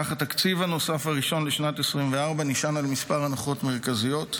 כך התקציב הנוסף הראשון לשנת 2024 נשען על מספר הנחות מרכזיות,